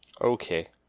okay